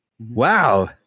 wow